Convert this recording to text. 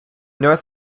north